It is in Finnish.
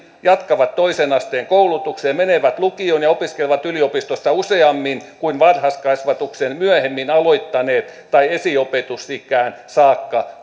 jatkavat toisen asteen koulutukseen menevät lukioon ja opiskelevat yliopistossa useammin kuin varhaiskasvatuksen myöhemmin aloittaneet tai esiopetusikään saakka